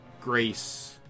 grace